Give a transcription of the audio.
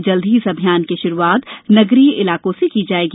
जल्द ही इस अभियान की शुरुआत नगरीय इलाकों से की जायेगी